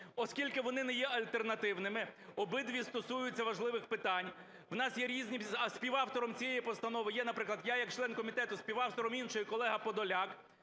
оскільки вони не є альтернативними, обидві стосуються важливих питань. У нас є різні… а співавтором цієї постанови є, наприклад, я як член комітету, співавтором іншої – колега Подоляк.